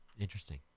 Interesting